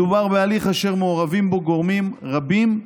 מדובר בהליך אשר מעורבים בו גורמים רבים,